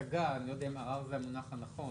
אני לא יודע אם ערר זה המונח הנכון.